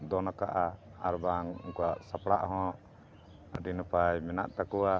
ᱫᱚᱱ ᱟᱠᱟᱜᱼᱟ ᱟᱨᱵᱟᱝ ᱩᱱᱠᱩᱣᱟᱜ ᱥᱟᱯᱲᱟᱜ ᱦᱚᱸ ᱟᱹᱰᱤ ᱱᱟᱯᱟᱭ ᱢᱮᱱᱟᱜ ᱛᱟᱠᱚᱣᱟ